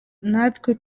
natwe